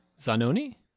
Zanoni